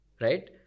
Right